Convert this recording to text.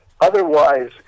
otherwise